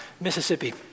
Mississippi